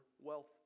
wealth